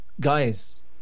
Guys